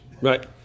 Right